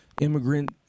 immigrant